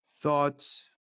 thoughts